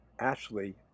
Ashley